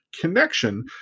connection